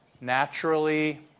naturally